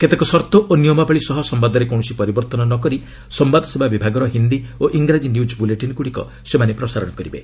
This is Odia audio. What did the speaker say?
କେତେକ ସର୍ତ୍ତ ଓ ନିୟାମାବଳୀ ସହ ସମ୍ବାଦରେ କୌଣସି ପରିବର୍ତ୍ତନ ନ କରି ସମ୍ଭାଦସେବା ବିଭାଗର ହିନ୍ଦୀ ଓ ଇଂରାଜୀ ନ୍ୟକ୍ ବୁଲେଟିନ୍ଗୁଡ଼ିକ ସେମାନେ ପ୍ରସାରଣ କରିବେ